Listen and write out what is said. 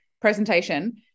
presentation